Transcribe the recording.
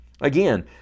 Again